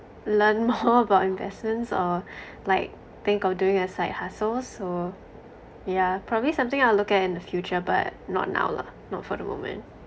learn more about investments or like think of doing a side hustle so yeah probably something I'll look at in the future but not now lah not for the moment